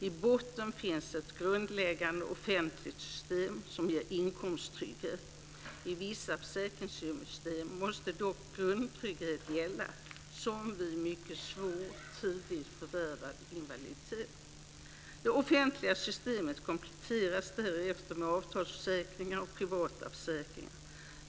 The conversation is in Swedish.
I botten finns ett grundläggande offentligt system som ger inkomsttrygghet. I vissa försäkringssystem måste dock grundtrygghet gälla, som vid mycket svår, tidigt förvärvad invaliditet. Det offentliga systemet kompletteras därefter med avtalsförsäkringar och privata försäkringar.